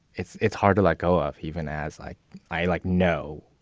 it's it's hard to, like, go off even as like i like. no,